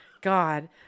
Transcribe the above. God